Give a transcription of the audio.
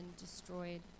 destroyed